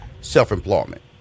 self-employment